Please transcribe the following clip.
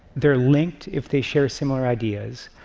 they're linked if they share similar ideas,